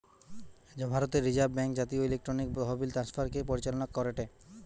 ভারতের reserve bank জাতীয় electronic তহবিল ট্রান্সফার কে পরিচালনা করেটে